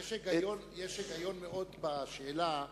יש היגיון רב מאוד בשאלה,